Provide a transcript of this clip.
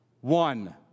one